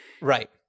right